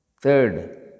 Third